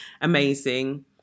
amazing